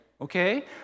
okay